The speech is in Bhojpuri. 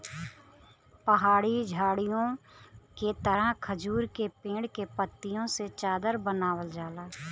पहाड़ी झाड़ीओ के तरह खजूर के पेड़ के पत्तियों से चादर बनावल जाला